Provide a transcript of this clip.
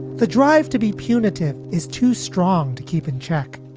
the drive to be punitive is too strong to keep in check,